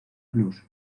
blues